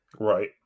Right